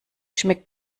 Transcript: schmeckt